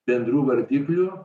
bendrų vardiklių